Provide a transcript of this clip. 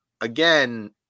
again